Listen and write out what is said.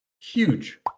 huge